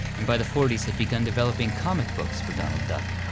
and by the forty s had begun developing comic books for donald duck,